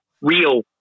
real